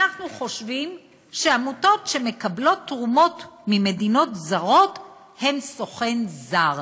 אנחנו חושבים שעמותות שמקבלות תרומות ממדינות זרות הן סוכן זר.